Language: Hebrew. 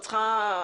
יש עם זה